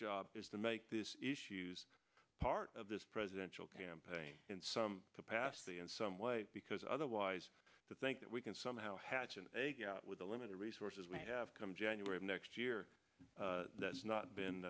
job is to make these issues part of this presidential campaign in some capacity in some way because otherwise to think that we can somehow hatch and with the limited resources we have come january of next year that's not